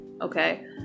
Okay